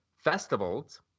Festivals